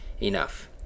enough